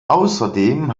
außerdem